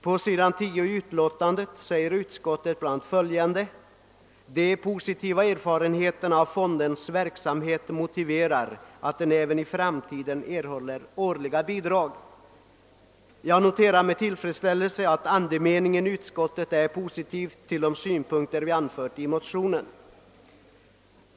På s. 10 i utlåtandet säger utskottet bl.a.: »De positiva erfarenheterna av fondens verksamhet motiverar att den även framdeles erhåller årliga bidrag.» Jag noterar med tillfredsställelse andemeningen, att utskottet ställer sig positivt till de synpunkter vi anför i motionen.